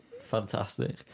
Fantastic